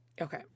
Okay